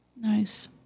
nice